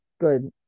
good